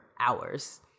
hours